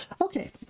Okay